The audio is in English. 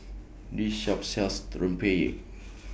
This Shop sells Rempeyek